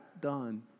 done